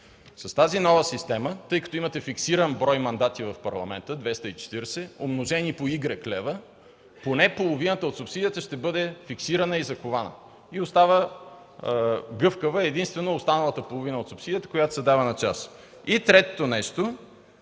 С тази нова система, тъй като имате фиксиран брой мандати в Парламента – 240, умножени по игрек лева, поне половината от субсидията ще бъде фиксирана и закована и остава гъвкава единствено останалата половина от субсидията, която се дава на част. Третото нещо,